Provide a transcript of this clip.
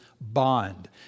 bond